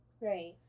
Right